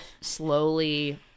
slowly